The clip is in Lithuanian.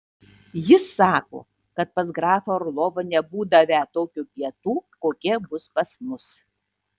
jis sako kad pas grafą orlovą nebūdavę tokių pietų kokie bus pas mus